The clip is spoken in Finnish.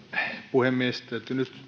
puhemies